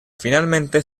finalmente